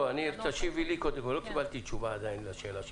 את תשיבי לי קודם ולא קיבלתי תשובה לשאלה שלי.